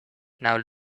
now